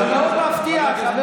אז זה מאוד מפתיע, חבר